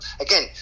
again